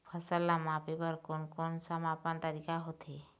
फसल ला मापे बार कोन कौन सा मापन तरीका होथे?